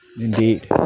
Indeed